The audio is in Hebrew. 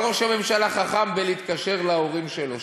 אבל ראש הממשלה חכם בלהתקשר להורים שלו.